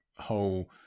whole